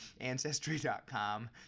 Ancestry.com